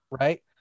right